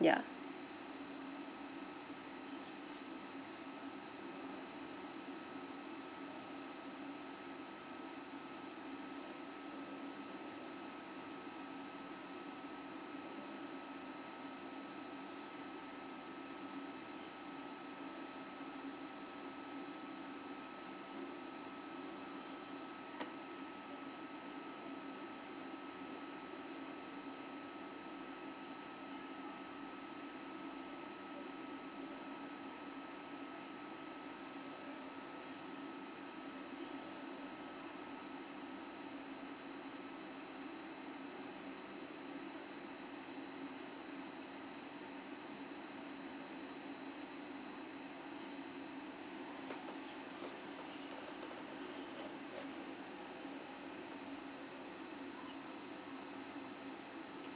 ya